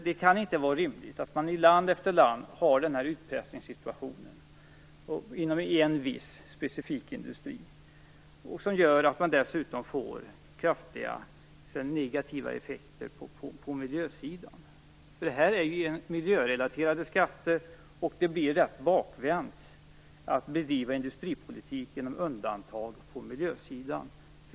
Det kan inte vara rimligt att man i land efter land har den här utpressningssituationen inom en viss specifik industri. Det gör dessutom att man får kraftiga negativa effekter på miljön. Detta är ju miljörelaterade skatter, och det blir ganska bakvänt att bedriva industripolitik genom undantag på miljösidan.